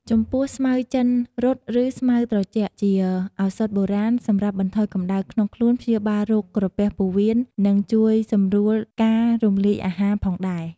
ចំពោះស្មៅចិនរត់ ឬស្មៅត្រជាក់ ជាឱសថបុរាណសម្រាប់បន្ថយកម្ដៅក្នុងខ្លួន ព្យាបាលរោគក្រពះពោះវៀន និងជួយសម្រួលការរំលាយអាហារផងដែរ។